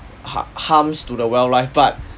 har~ harms to the wildlife but